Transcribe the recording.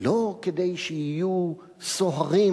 לא כדי שיהיו סוהרים.